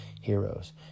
heroes